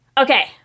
Okay